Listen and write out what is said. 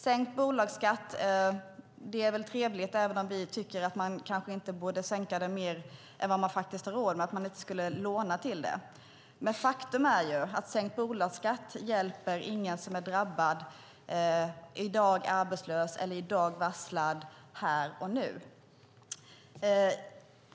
Sänkt bolagsskatt är väl trevligt även om vi kanske tycker att man inte borde sänka den mer än vad man har råd med och inte ska låna till det. Men faktum är att sänkt bolagsskatt inte hjälper någon som är drabbad och i dag är arbetslös eller varslad här och nu.